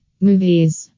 movies